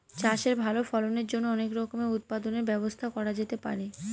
চাষের ভালো ফলনের জন্য অনেক রকমের উৎপাদনের ব্যবস্থা করা যেতে পারে